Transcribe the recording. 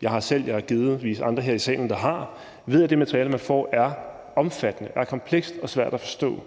det har jeg selv, og der er givetvis andre her i salen, der også har det – ved, at det materiale, man får, er omfattende og komplekst og svært at forstå.